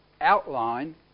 outline